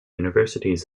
universities